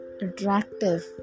attractive